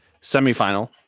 semifinal